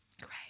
Great